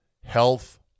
Health